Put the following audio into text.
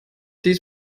dies